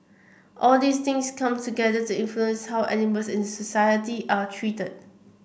all these things come together to influence how animals in society are treated